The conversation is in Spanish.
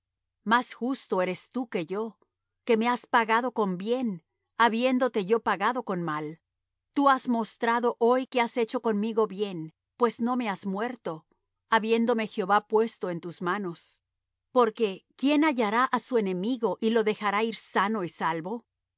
más justo eres tú que yo que me has pagado con bien habiéndote yo pagado con mal tú has mostrado hoy que has hecho conmigo bien pues no me has muerto habiéndome jehová puesto en tus manos porque quién hallará á su enemigo y lo dejará ir sano y salvo